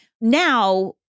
Now